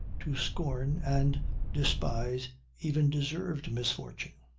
to scorn and despise even deserved misfortune.